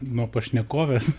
nuo pašnekovės